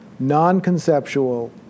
non-conceptual